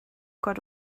got